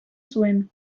zuen